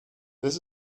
this